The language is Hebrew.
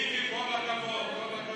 מיקי, כל הכבוד, כל הכבוד.